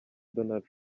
donald